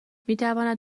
میتواند